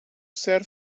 ser